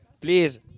Please